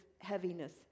heaviness